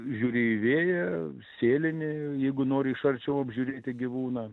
žiūri į vėją sėlini jeigu nori iš arčiau apžiūrėti gyvūną